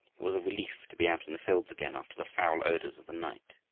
it was a relief to be out in the fields again after the foul odors of the night,